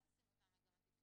אל תשימו אותם מגמתית.